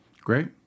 Great